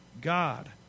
God